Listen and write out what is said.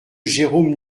jérôme